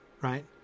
right